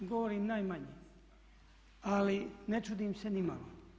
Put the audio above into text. I govorim najmanje ali ne čudim se ni malo.